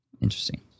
Interesting